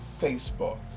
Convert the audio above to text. Facebook